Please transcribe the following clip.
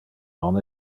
non